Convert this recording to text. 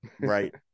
Right